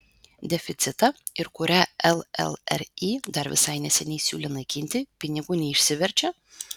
deficitą ir kurią llri dar visai neseniai siūlė naikinti pinigų neišsiverčia